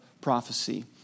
prophecy